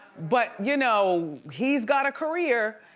but you know he's got a career,